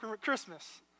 Christmas